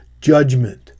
judgment